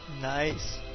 Nice